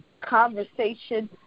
conversation